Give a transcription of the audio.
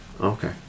Okay